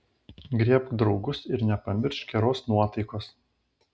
griebk draugus ir nepamiršk geros nuotaikos